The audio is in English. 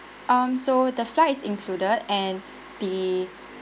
um so the flight is included and the